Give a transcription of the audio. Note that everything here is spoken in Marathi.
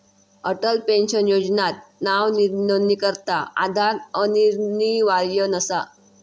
अटल पेन्शन योजनात नावनोंदणीकरता आधार अनिवार्य नसा